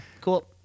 Cool